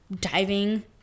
diving